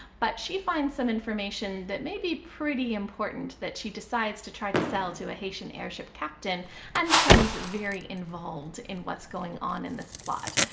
but she finds some information that may be pretty important that she decides to try to sell to a haitian airship captain and becomes very involved in what's going on, in this plot.